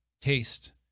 taste